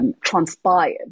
transpired